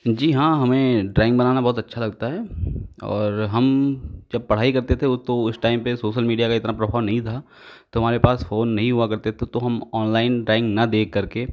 जी हाँ हमें ड्राइंग बनाना बहुत अच्छा हैं और हम जब पढ़ाई करते थे तो उस टाइम पर सोशल मीडिया का इतना प्रभाव नहीं था तो हमारे पास फोन नहीं हुआ करते थे तो हम ऑनलाइन ड्राइंग न देख करके